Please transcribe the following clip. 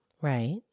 Right